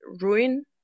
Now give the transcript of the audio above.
ruin